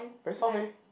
very soft eh